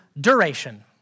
duration